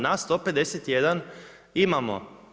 Nas 151 imamo.